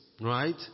Right